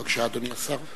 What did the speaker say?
בבקשה, אדוני השר.